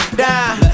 down